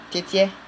姐姐